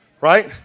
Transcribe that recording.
right